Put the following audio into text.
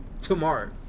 tomorrow